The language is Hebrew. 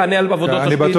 יענה על עבודות תשתית בשבת,